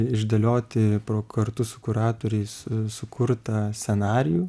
išdėlioti pro kartu su kuratoriais sukurtą scenarijų